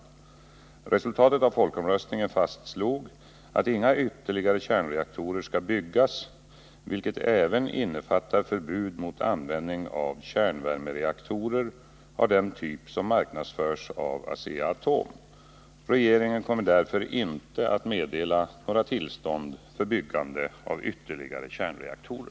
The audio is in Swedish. Genom resultatet av folkomröstningen fastslogs att inga ytterligare kärnreaktorer skall byggas, vilket även innefattar förbud mot användning av kärnvärmereaktorer av den typ som marknadsförs av Asea-Atom. Regeringen kommer därför inte att meddela några tillstånd för byggande av ytterligare kärnreaktorer.